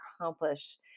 accomplish